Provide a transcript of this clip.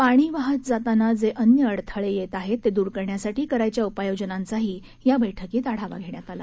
पाणी वाहत जाताना जे अन्य अड्थळे येत आहेत ते दूर करण्यासाठी करावयाच्या उपाययोजनांचाही बैठकीत आढावा घेण्यात आला